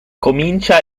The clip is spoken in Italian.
comincia